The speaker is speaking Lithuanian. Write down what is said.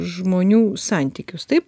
žmonių santykius taip